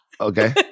Okay